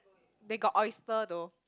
they got oyster though